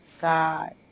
God